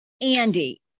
Andy